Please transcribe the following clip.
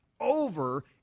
over